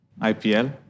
IPL